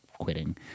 quitting